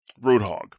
Roadhog